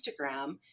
Instagram